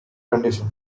condition